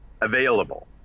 available